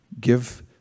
give